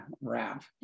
wrap